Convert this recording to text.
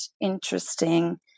interesting